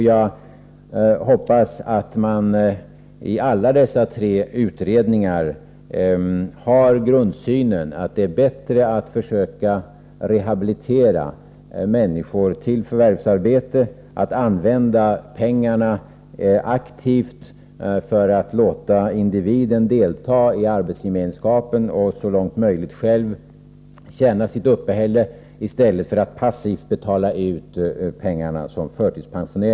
Jag hoppas att man i alla dessa tre utredningar har grundsynen att det är bättre att försöka rehabilitera människor till förvärvsarbete, att använda pengarna aktivt för att låta individen delta i arbetsgemenskapen och så långt möjligt själv tjäna sitt uppehälle, än att passivt betala ut pengar i form av förtidspension.